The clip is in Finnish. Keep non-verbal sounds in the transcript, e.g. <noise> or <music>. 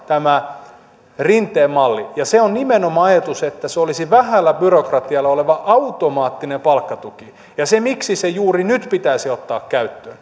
tämä rinteen malli ja se on nimenomaan ajatus että se olisi vähällä byrokratialla oleva automaattinen palkkatuki ja miksi se juuri nyt pitäisi ottaa käyttöön <unintelligible>